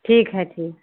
ठीक है ठीक